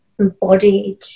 Embodied